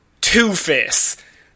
Two-Face